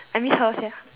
I miss her sia